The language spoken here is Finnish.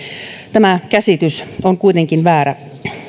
tämä käsitys on kuitenkin väärä